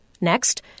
next